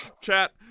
Chat